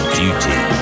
duty